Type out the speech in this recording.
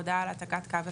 הודעה על העתקת קו תשתית).